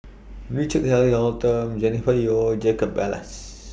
Richard Eric Holttum Jennifer Yeo and Jacob Ballas